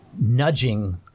nudging